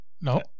No